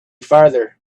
farther